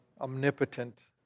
omnipotent